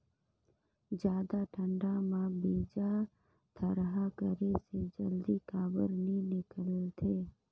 जादा ठंडा म बीजा थरहा करे से जल्दी काबर नी निकलथे?